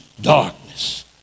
darkness